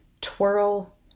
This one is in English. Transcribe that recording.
twirl